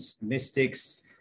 mystics